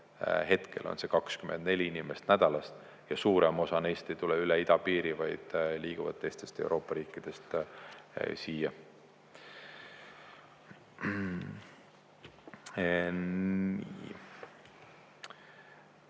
hetkel on see 24 inimest nädalas. Ja suurem osa neist ei tule üle idapiiri, vaid liiguvad siia teistest Euroopa riikidest.